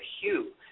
hue